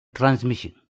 transmission